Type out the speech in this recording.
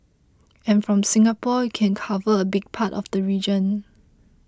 and from Singapore you can cover a big part of the region